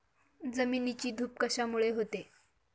जमिनीची धूप कशामुळे होते?